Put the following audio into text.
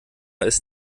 ist